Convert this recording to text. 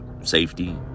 safety